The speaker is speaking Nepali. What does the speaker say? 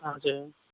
हजुर